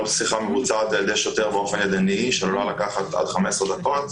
כל שיחה מבוצעת ע"י שוטר באופן ידני והיא עלולה לקחת עד 15 דקות.